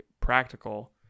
practical